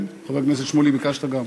חבר הכנסת שמולי, ביקשת גם.